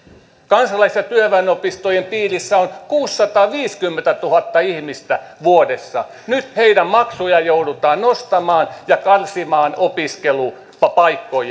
kansalais ja työväenopistojen piirissä on kuusisataaviisikymmentätuhatta ihmistä vuodessa nyt heidän maksujaan joudutaan nostamaan ja karsimaan opiskelupaikkoja